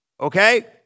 Okay